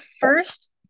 first